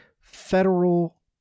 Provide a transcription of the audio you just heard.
federal